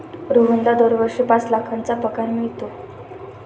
रोहनला दरवर्षी पाच लाखांचा पगार मिळतो